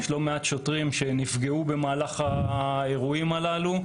יש לא מעט שוטרים שנפגעו במהלך האירועים הללו.